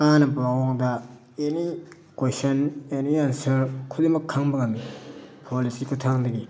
ꯀꯥꯅꯕ ꯃꯑꯣꯡꯗ any question any answer ꯈꯨꯗꯤꯡꯃꯛ ꯈꯪꯕ ꯉꯝꯃꯤ ꯐꯣꯟ ꯑꯁꯤꯒꯤ ꯈꯨꯊꯥꯡꯗꯒꯤ